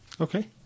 Okay